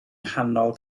nghanol